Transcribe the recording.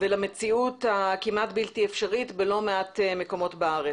ולמציאות הכמעט בלתי אפשרית בלא מעט מקומות בארץ.